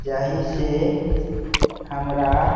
जाहि से हमरा